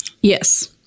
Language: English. Yes